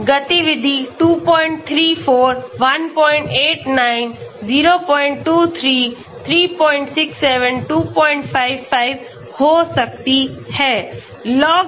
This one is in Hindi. तब गतिविधि 234 189 023 367 255 हो सकती है